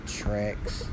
tracks